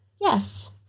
Yes